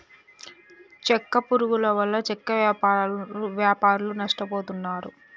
చెక్క పురుగుల వల్ల చెక్క వ్యాపారులు నష్టపోతున్నారు